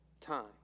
time